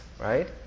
Right